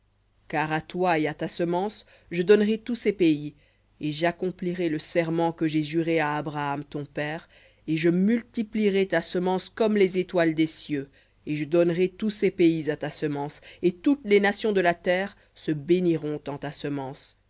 car à toi et à ta semence je donnerai tous ces pays et j'accomplirai le serment que j'ai juré à abraham ton père et je multiplierai ta semence comme les étoiles des cieux et je donnerai tous ces pays à ta semence et toutes les nations de la terre se béniront en ta semence